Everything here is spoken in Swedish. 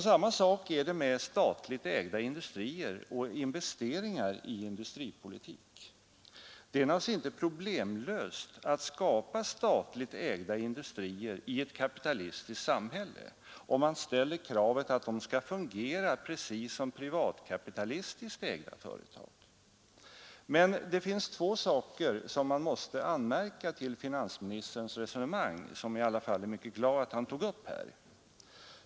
Samma sak är det med statligt ägda industrier och investeringar i industripolitik. Det är naturligtvis inte problemlöst att skapa statligt ägda industrier i ett kapitalistiskt samhälle, om man ställer kravet att de skall fungera precis som privatkapitalistiskt ägda företag. Men det är två saker som man måste anmärka på i finansministerns resonemang — jag är ändå glad över att han tog upp det.